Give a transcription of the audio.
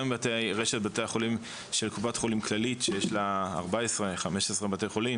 גם עם רשת בתי החולים של קופת חולים כללית שיש לה 15-14 בתי חולים